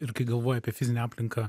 ir kai galvoji apie fizinę aplinką